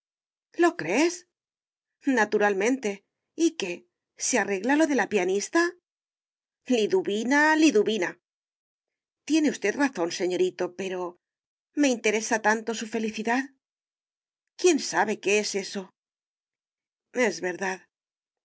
lo crees naturalmente y qué se arregla lo de la pianista liduvina liduvina tiene usted razón señorito pero me interesa tanto su felicidad quién sabe qué es eso es verdad y